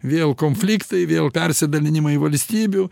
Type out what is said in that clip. vėl konfliktai vėl persidalinimai valstybių